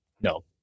no